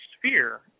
sphere